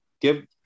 give